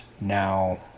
now